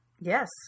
Yes